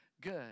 good